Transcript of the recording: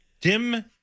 Dim